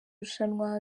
rushanwa